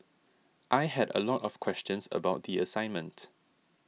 I had a lot of questions about the assignment